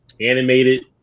Animated